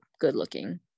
good-looking